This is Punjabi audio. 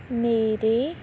ਮੇਰੇ